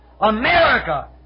America